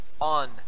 on